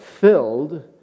filled